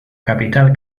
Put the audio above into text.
capital